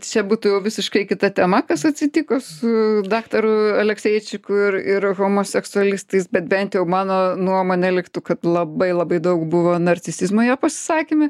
čia būtų visiškai kita tema kas atsitiko su daktaru alekseičiku ir ir homoseksualistais bet bent jau mano nuomonė liktų kad labai labai daug buvo narcisizmo jo pasisakyme